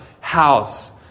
house